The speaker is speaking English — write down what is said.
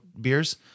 beers